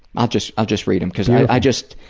i'll just i'll just read them, because i just